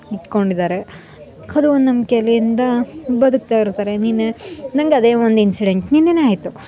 ಇಟ್ಕೊಂಡಿದ್ದಾರೆ ಕದು ಒಂದು ನಂಬ್ಕೆಯಿಂದ ಬದುಕ್ತಾ ಇರುತ್ತಾರೆ ನೀನು ನಂಗೆ ಅದೇ ಒಂದು ಇನ್ಸಿಡೆಂಟ್ ನಿನ್ನೆಯೇ ಆಯಿತು